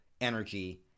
energy